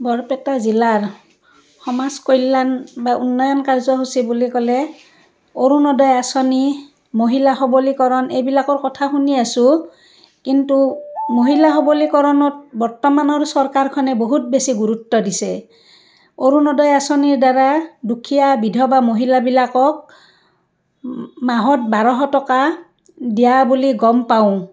বৰপেটা জিলাৰ সমাজ কল্যাণ বা উন্নয়ন কাৰ্য্যসূচী বুলি ক'লে অৰুণোদয় আঁচনি মহিলাসবলীকৰণ এইবিলাকৰ কথা শুনি আছোঁ কিন্তু মহিলাসবলীকৰণত বৰ্তমানৰ চৰকাৰখনে বহুত বেছি গুৰুত্ব দিছে অৰুণোদয় আঁচনিৰ দ্বাৰা দুখীয়া বিধৱা মহিলাবিলাকক মাহত বাৰশ টকা দিয়া বুলি গম পাওঁ